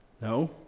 No